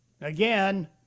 again